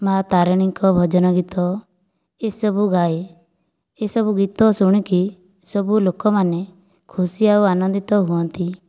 ମା ତାରିଣୀଙ୍କ ଭଜନ ଗୀତ ଏହିସବୁ ଗାଏ ଏସବୁ ଗୀତ ଶୁଣିକି ସବୁ ଲୋକମାନେ ଖୁସି ଆଉ ଆନନ୍ଦିତ ହୁଅନ୍ତି